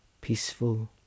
peaceful